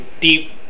deep